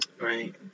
Right